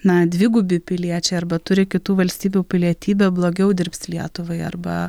na dvigubi piliečiai arba turi kitų valstybių pilietybę blogiau dirbs lietuvai arba